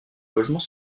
logement